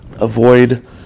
avoid